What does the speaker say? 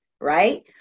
right